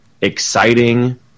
exciting